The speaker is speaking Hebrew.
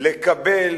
לקבל